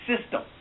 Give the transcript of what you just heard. system